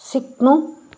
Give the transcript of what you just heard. सिक्नु